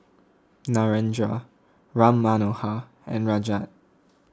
Narendra Ram Manohar and Rajat